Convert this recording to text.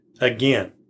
again